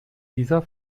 dieser